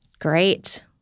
Great